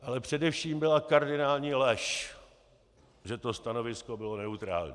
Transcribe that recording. Ale především byla kardinální lež, že to stanovisko bylo neutrální.